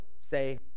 say